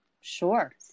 sure